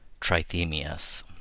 Trithemius